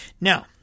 Now